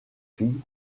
filles